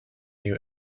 new